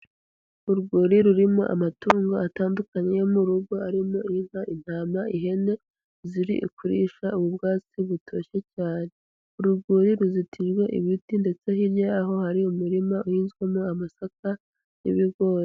Urwuri rurimo amatungo atandukanye yo mu rugo, arimo inka, intama, ihene, ziri kurisha ubwatsi butoshye cyane. Uru rwuri ruzitije ibiti, ndetse hirya yaho hari umurima uhinzwemo amasaka n'ibigori.